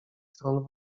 stron